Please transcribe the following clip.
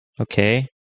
Okay